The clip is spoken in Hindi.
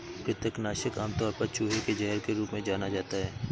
कृंतक नाशक आमतौर पर चूहे के जहर के रूप में जाना जाता है